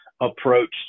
approach